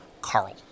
Carl